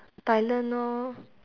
thailand orh